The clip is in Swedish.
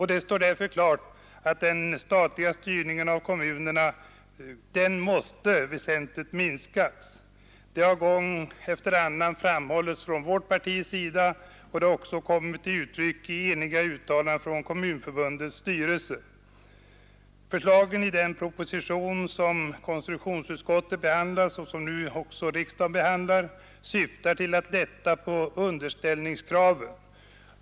Det står därför klart att den statliga styrningen av kommunerna måste väsentligt minskas. Detta har framhållits från vårt partis sida, och det har även kommit till uttryck i eniga uttalanden från Kommunförbundets styrelse. Förslagen i den proposition, som statsutskottet behandlat och som nu också riksdagen behandlar, syftar till att lätta på underställningskraven.